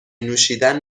نوشیدن